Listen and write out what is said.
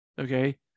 okay